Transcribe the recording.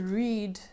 read